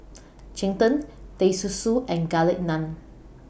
Cheng Tng Teh Susu and Garlic Naan